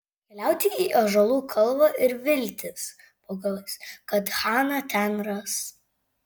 keliauti į ąžuolų kalvą ir viltis po galais kad haną ten ras